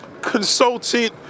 consultant